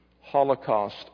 Holocaust